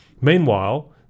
Meanwhile